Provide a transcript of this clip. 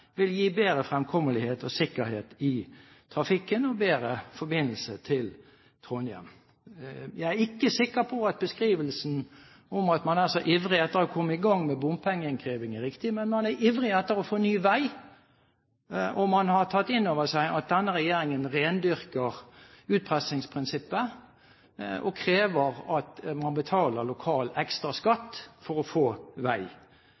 vil gi bedre fremkommelighet og sikkerhet i trafikken og bedre forbindelse til Trondheim. Jeg er ikke sikker på at beskrivelsen om at man er så ivrig etter å komme i gang med bompengeinnkreving, er riktig, men man er ivrig etter å få ny vei, og man har tatt inn over seg at denne regjeringen rendyrker utpressingsprinsippet og krever at man betaler lokal ekstra skatt for å få vei.